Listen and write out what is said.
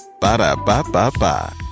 Ba-da-ba-ba-ba